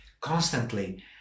constantly